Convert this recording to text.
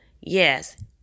yes